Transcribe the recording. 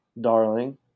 Darling